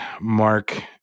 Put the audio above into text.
Mark